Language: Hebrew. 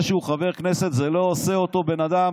וזה שהוא חבר כנסת זה לא עושה אותו בן אדם